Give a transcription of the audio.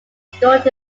stored